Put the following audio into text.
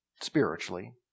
spiritually